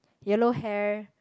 yellow hair